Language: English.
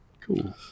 Cool